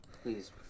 Please